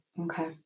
Okay